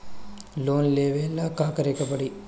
Loan लेवे ला का करे के पड़ी?